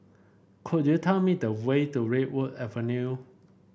could you tell me the way to Redwood Avenue